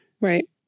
Right